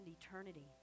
eternity